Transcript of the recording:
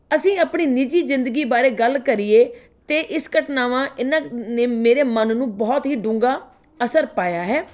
ਅਸੀਂ ਆਪਣੀ ਨਿੱਜੀ ਜ਼ਿੰਦਗੀ ਬਾਰੇ ਗੱਲ ਕਰੀਏ ਅਤੇ ਇਸ ਘਟਨਾਵਾਂ ਇਹਨਾਂ ਨੇ ਮੇਰੇ ਮਨ ਨੂੰ ਬਹੁਤ ਹੀ ਡੂੰਘਾ ਅਸਰ ਪਾਇਆ ਹੈ